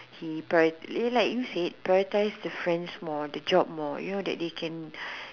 he prior~ like you said prioritize the friends more the job more you know that they can